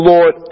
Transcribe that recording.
Lord